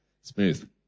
Smooth